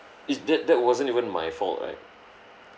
is that that wasn't even my fault right